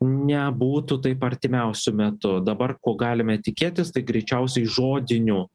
nebūtų taip artimiausiu metu dabar ko galime tikėtis tai greičiausiai žodinių